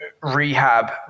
rehab